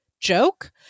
joke